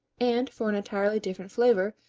and, for an entirely different flavor,